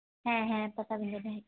ᱦᱮᱸ ᱦᱮᱸ ᱯᱟᱴᱟᱵᱤᱸᱫᱷᱟᱹ ᱜᱮ